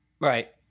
Right